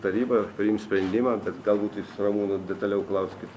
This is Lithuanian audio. taryba priims sprendimą bet galbūt tai su ramūnu detaliau klauskit